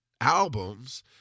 albums